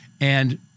and-